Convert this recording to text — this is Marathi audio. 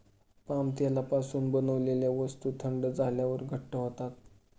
पाम तेलापासून बनवलेल्या वस्तू थंड झाल्यावर घट्ट होतात